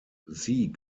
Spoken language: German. sie